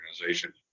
organization